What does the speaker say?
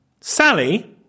Sally